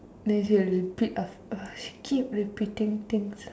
then she will repeat uh she keep repeating things